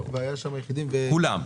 זאת אומרת כולם,